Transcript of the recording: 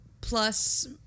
plus